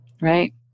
Right